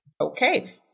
Okay